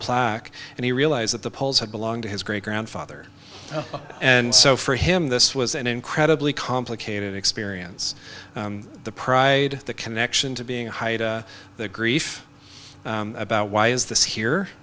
plaque and he realised that the poles had belonged to his great grandfather and so for him this was an incredibly complicated experience the pride the connection to being a the grief about why is this here